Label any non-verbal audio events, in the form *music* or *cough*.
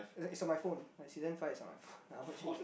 it's on my phone like season five is on my phone *breath* I watching it